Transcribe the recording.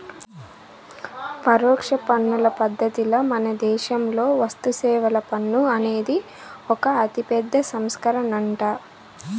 పరోక్ష పన్నుల పద్ధతిల మనదేశంలో వస్తుసేవల పన్ను అనేది ఒక అతిపెద్ద సంస్కరనంట